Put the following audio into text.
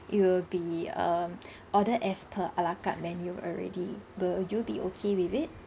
it'll be um ordered as per a la carte menu already will you be okay with it